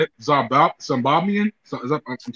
Zimbabwean